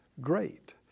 Great